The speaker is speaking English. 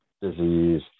disease